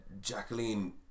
Jacqueline